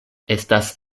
estas